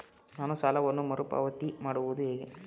ನಾನು ಸಾಲವನ್ನು ಮರುಪಾವತಿ ಮಾಡುವುದು ಹೇಗೆ?